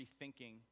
rethinking